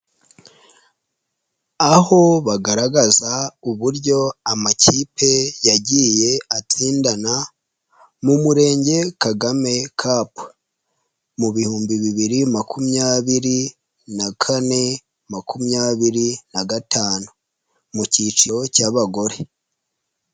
Aho bagaragaza uburyo amakipe yagiye atsindana mu Murenge Kagame Cup mu bihumbi bibiri makumyabiri na kane, makumyabiri na gatanu, mu kiciro cy'abagore.